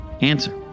answer